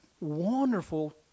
wonderful